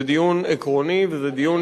זה דיון עקרוני וזה דיון,